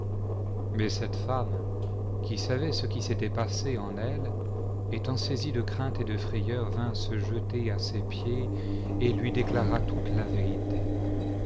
mais cette femme qui savait ce qui s'était passé en eue étant saisie de crainte et de frayeur vint se jeter à ses pieds et lui déclara toute la vérité